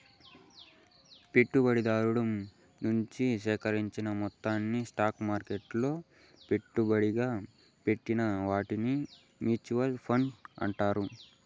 పెట్టుబడిదారు నుంచి సేకరించిన మొత్తాలు స్టాక్ మార్కెట్లలో పెట్టుబడిగా పెట్టిన వాటిని మూచువాల్ ఫండ్స్ అంటారు